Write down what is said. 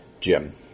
Jim